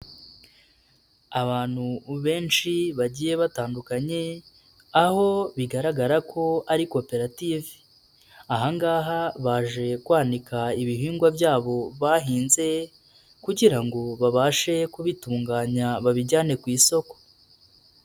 Abantu benshi bagiye batandukanye, aho bigaragara ko ari koperative. Ahangaha baje kwanika ibihingwa byabo bahinze, kugira ngo babashe kubitunganya babijyane ku isoko.